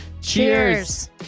cheers